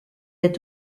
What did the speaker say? est